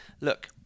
look